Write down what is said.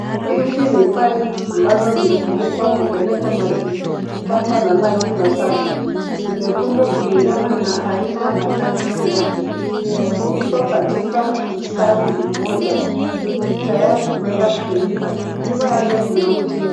Hizi ni pipe , ambazo zinatumika kupeleka maji taka, na maji masafi. Zimekunjwa kulingana na aina la kazi yake, ziko katika mstari mmoja, tayari kwenda kutumika. Nyuma yake kuna mti mkubwa.